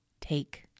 Take